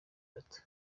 bato